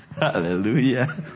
Hallelujah